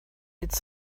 its